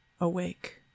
awake